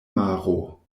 maro